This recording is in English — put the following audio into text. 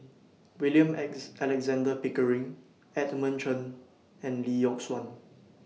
William Alexander Pickering Edmund Chen and Lee Yock Suan